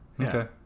Okay